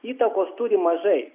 įtakos turi mažai